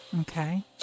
Okay